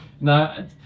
No